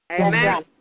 Amen